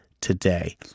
Today